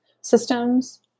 systems